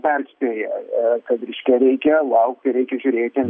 perspėja kad reiškia reikia laukti reikia žiūrėti